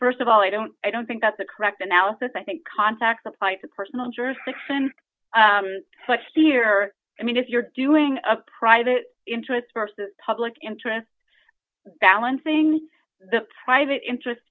analysis st of all i don't i don't think that's the correct analysis i think contacts apply to personal jurisdiction but still here i mean if you're doing a private interests versus public interest balancing the private interest